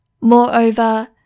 Moreover